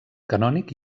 canònic